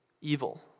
Evil